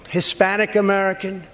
Hispanic-American